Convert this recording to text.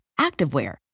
activewear